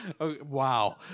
Wow